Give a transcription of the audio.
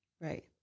Right